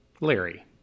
Larry